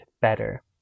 better